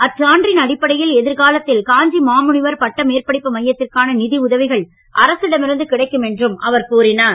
இச்சான்றின் அடிப்படையில் எதிர்காலத்தில் காஞ்சி மாழனிவர் பட்டமேற்படிப்பு மையத்திற்கான நிதி உதவிகள் அரசிடமிருந்து கிடைக்கும் என்றும் அவர் கூறினார்